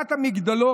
"אמרת מגדלור?